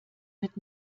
mit